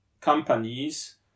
companies